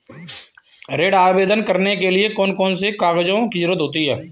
ऋण आवेदन करने के लिए कौन कौन से कागजों की जरूरत होती है?